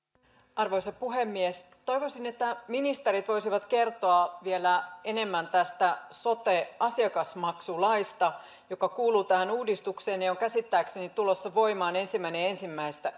arvoisa puhemies toivoisin että ministerit voisivat kertoa vielä enemmän tästä sote asiakasmaksulaista joka kuuluu tähän uudistukseen ja ja on käsittääkseni tulossa voimaan ensimmäinen ensimmäistä